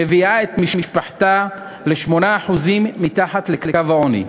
מביאה את משפחתה ל-8% מתחת לקו העוני.